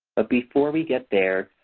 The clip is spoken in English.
ah before we get there,